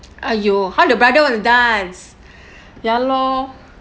!aiyo! how the brother want to dance ya lor